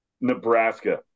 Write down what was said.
Nebraska